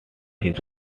his